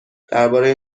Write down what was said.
درباره